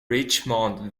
richmond